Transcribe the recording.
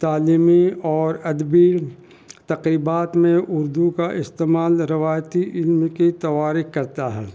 تعلیمی اور ادبی تقریبات میں اردو کا استعمال روایتی علم کی تواریخ کرتا ہے